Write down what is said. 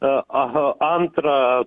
a aha antra